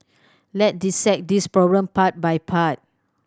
let's dissect this problem part by part